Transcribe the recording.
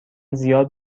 زیاد